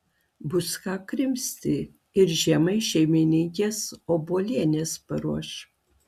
bus ką krimsti ir žiemai šeimininkės obuolienės paruoš